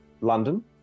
London